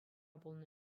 пулнӑ